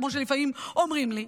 כמו שלפעמים אומרים לי,